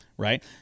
Right